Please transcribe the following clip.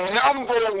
number